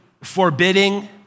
forbidding